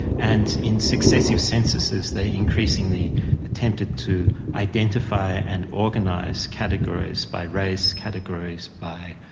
and in successive censuses they increasingly attempted to identify and organise categories by race, categories by,